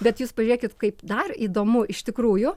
bet jūs pažiūrėkit kaip dar įdomu iš tikrųjų